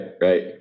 Right